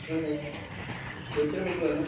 எத்தனை மணி எத்தனை மணிக்கு வரணும்